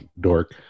dork